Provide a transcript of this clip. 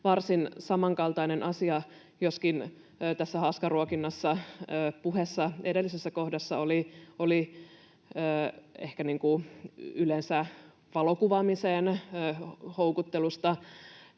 varsin samankaltainen asia, joskin haaskaruokinnassa edellisessä kohdassa puhe oli ehkä yleensä valokuvaamiseen houkuttelusta,